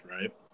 right